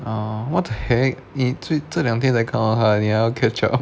uh what heck 你最这两天才看到她你要 catch up